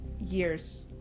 years